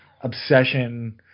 obsession